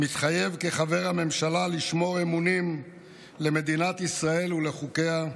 מתחייב כחבר הממשלה לשמור אמונים למדינת ישראל ולחוקיה,